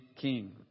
king